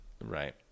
right